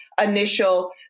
initial